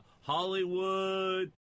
Hollywood